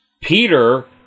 Peter